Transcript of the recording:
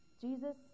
Jesus